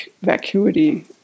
vacuity